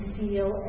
feel